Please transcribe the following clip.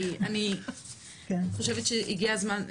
כי אני חושבת שהגיע הזמן.